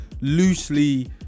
loosely